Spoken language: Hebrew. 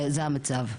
זה המצב.